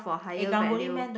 eh karang-guni Man don't